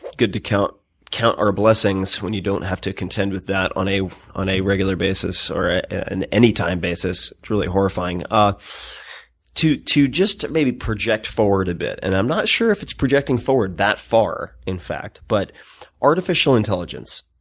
good to count count our blessings when you don't have to contend with that on a on a regular basis or an any-time basis. it's really horrifying. ah to to just maybe project forward a bit. and i'm not sure if it's projecting forward that far, in fact, but artificial intelligence.